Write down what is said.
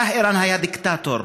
שאה איראן היה דיקטטור,